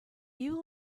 you